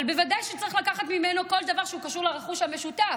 אבל בוודאי שצריך לקחת ממנו כל דבר שהוא קשור לרכוש המשותף.